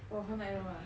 for whole night no uh